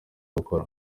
gukora